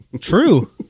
True